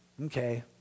okay